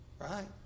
Right